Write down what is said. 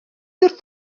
wrth